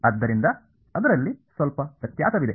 ಆದ್ದರಿಂದ ಅದರಲ್ಲಿ ಸ್ವಲ್ಪ ವ್ಯತ್ಯಾಸವಿದೆ